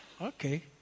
Okay